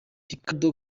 ricardo